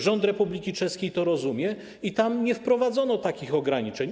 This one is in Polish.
Rząd Republiki Czeskiej to rozumie i tam nie wprowadzono takich ograniczeń.